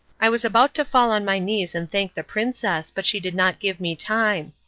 i was about to fall on my knees and thank the princess but she did not give me time.